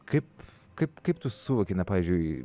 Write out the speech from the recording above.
kaip kaip kaip tu suvoki na pavyzdžiui